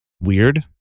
weird